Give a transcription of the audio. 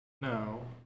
No